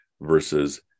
versus